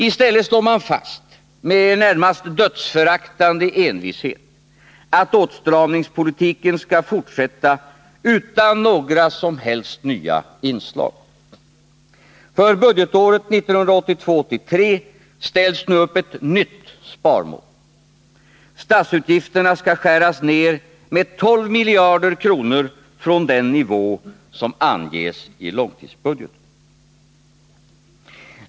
I stället slår man fast med i det närmaste dödsföraktande envishet att åtstramningspolitiken skall fortsätta utan några som helst nya inslag. För budgetåret 1982/83 ställs nu upp ett nytt sparmål. Statsutgifterna skall skäras ner med 12 miljarder kronor från den nivå som anges i långtidsbudgeten.